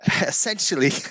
Essentially